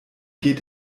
geht